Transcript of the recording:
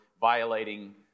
violating